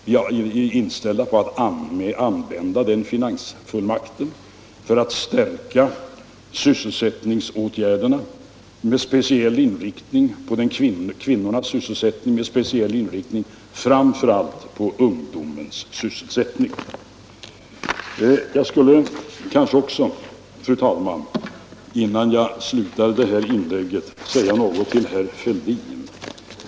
Vi är inställda på att använda den finansfullmakten för att stärka sysselsättningsåtgärderna med speciell inriktning på kvinnornas sysselsättning men framför allt på ungdomens sysselsättning. Jag skulle kanske också, fru talman, innan jag slutar detta inlägg säga något till herr Fälldin.